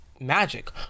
magic